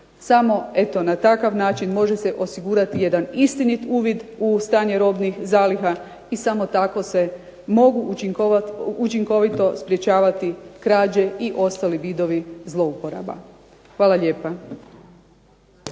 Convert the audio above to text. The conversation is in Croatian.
eto na takav način može se osigurati jedan istinit uvid u stanje robnih zaliha i samo tako se mogu učinkovito sprečavati krađe i ostali vidovi zlouporaba. Hvala lijepa.